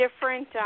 different